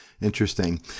Interesting